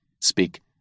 speak